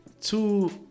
two